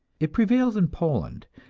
it prevails in poland,